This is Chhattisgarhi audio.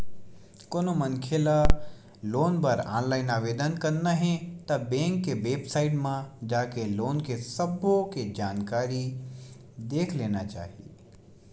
कोनो मनखे ल लोन बर ऑनलाईन आवेदन करना हे ता बेंक के बेबसाइट म जाके लोन के सब्बो के जानकारी देख लेना चाही